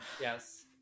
Yes